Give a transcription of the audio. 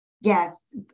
yes